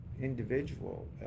individual